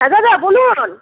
হ্যাঁ দাদা বলুন